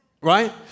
right